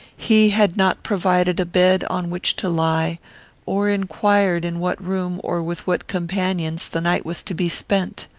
he had not provided a bed on which to lie or inquired in what room, or with what companions, the night was to be spent.